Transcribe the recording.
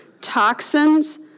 toxins